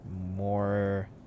more